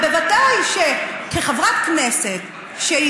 ובוודאי כחברת כנסת, שהיא